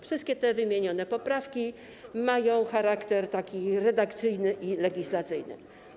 Wszystkie wymienione poprawki mają charakter redakcyjny i legislacyjny.